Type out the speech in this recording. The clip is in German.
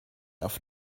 auf